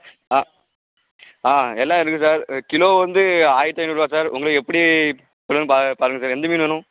ஆ எல்லா இருக்குது sir kilo வந்து ஆயிரத்தி ஐநூருபா சார் உங்களுக்கு எப்படி வேணும் பார் பாருங்க சார் எந்த மீன் வேணும்